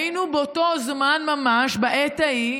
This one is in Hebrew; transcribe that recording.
היינו באותו זמן ממש, בעת ההיא,